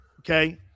Okay